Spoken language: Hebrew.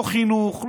לא חינוך,